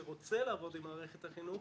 שרוצה לעבוד עם מערכת החינוך,